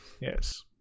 yes